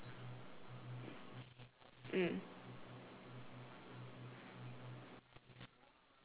mm